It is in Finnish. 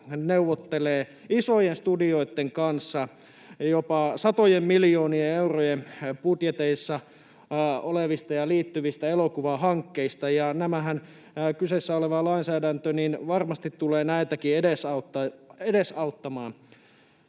neuvottelee isojen studioitten kanssa jopa satojen miljoonien eurojen budjeteissa olevista ja niihin liittyvistä elokuvahankkeista, ja kyseessä oleva lainsäädäntö varmasti tulee näitäkin edesauttamaan.